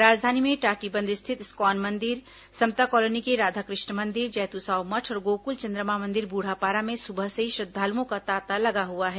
राजधानी में टाटीबंध स्थित इस्कॉन मंदिर समता कॉलोनी के राधा कृष्ण मंदिर जैतूसाव मठ और गोकुल चंद्रमा मंदिर बूढ़ापारा में सुबह से ही श्रद्दालुओं का तांता लगा हुआ है